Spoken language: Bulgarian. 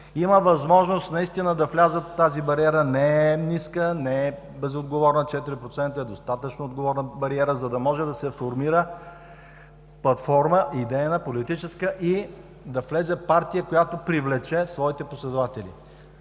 Има възможност наистина да влязат – тази бариера не е ниска, не е безотговорна. Четири процента е достатъчно отговорна бариера, за да може да се формира платформа – идейна, политическа, и да влезе партия, която да привлече своите последователи.